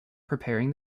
preparing